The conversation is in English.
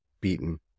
beaten